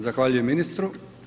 Zahvaljujem ministru.